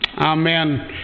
Amen